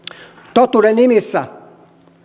totuuden nimissä